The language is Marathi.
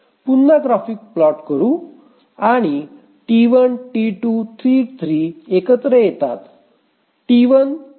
पुन्हा ग्राफिक प्लॉट करू आणि T1 T2 T3 एकत्र येतात